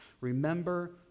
Remember